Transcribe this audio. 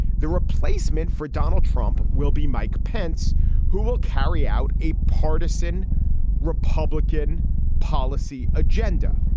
the replacement for donald trump will be mike pence who will carry out a partisan republican policy agenda.